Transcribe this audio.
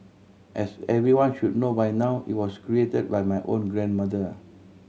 as everyone should know by now it was created by my own grandmother